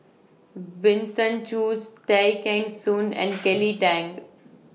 Winston Choos Tay Kheng Soon and Kelly Tang